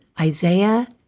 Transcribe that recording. Isaiah